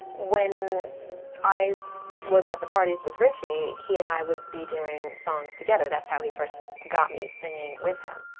when i was at the parties with ritchie, he and i would be doing songs together. that's how he first got me singing with him.